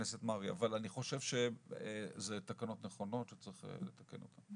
חבר הכנסת מרעי; אבל אני חושב שאלה תקנות נכונות שצריך לתקן אותן.